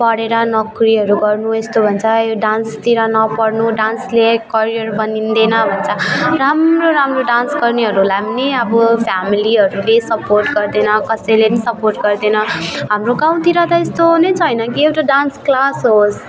पढेर नोकरीहरू गर्नु यस्तो भन्छ यो डान्सतिर नपर्नु डान्सले करियर बनिँदैन भन्छ राम्रो राम्रो डान्स गर्नेहरूलाई पनि अब फ्यामिलीहरूले सपोर्ट गर्दैन कसैले पनि सपोर्ट गर्दैन हाम्रो गाउँतिर त यस्तो नै छैन एउटा डान्स क्लास होस्